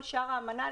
כל שאר האמנה,